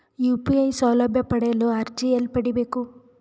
UPI ಸೌಲಭ್ಯ ಪಡೆಯಲು ಅರ್ಜಿ ಎಲ್ಲಿ ಪಡಿಬೇಕು?